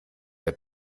der